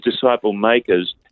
disciple-makers